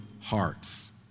hearts